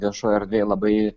viešoj erdvėj labai